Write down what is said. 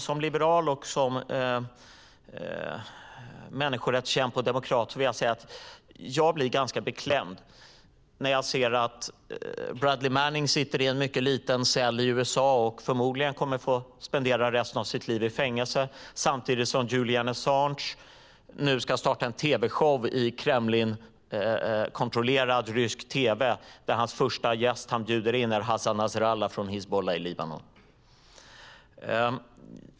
Som liberal, människorättskämpe och demokrat blir jag ganska beklämd när jag ser att Bradley Manning sitter i en mycket liten cell i USA och förmodligen kommer att få spendera resten av sitt liv i fängelse, samtidigt som Julian Assange nu ska starta en tv-show i Kremlkontrollerad rysk tv, där den första gäst han bjuder in är Hassan Nasrallah från Hizbullah i Libanon.